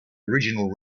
original